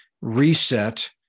reset